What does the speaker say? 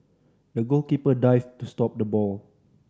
the goalkeeper dived to stop the ball